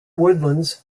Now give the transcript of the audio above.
woodlands